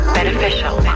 Beneficial